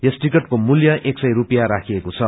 यस टीकटको मूल्य एक सय रूपियाँ राखिएको छ